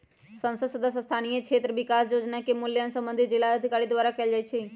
संसद सदस्य स्थानीय क्षेत्र विकास जोजना के मूल्यांकन संबंधित जिलाधिकारी द्वारा कएल जाइ छइ